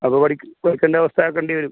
അതു പഠിക്കേണ്ട അവസ്ഥ ആക്കേണ്ടി വരും